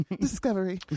Discovery